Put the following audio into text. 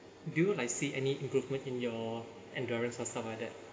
do you like see any improvement in your endurance or stuff like that